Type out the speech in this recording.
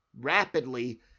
rapidly